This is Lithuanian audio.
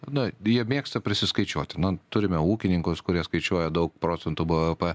na jie mėgsta prisiskaičiuoti na turime ūkininkus kurie skaičiuoja daug procentų bvp